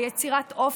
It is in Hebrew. ביצירת אופק.